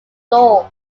floor